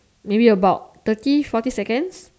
maybe about thirty forty seconds